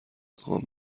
ادغام